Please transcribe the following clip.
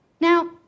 Now